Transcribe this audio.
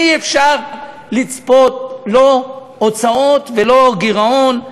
אי-אפשר לצפות לא הוצאות ולא גירעון,